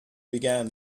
began